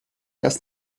das